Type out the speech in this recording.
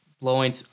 blowing